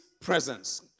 presence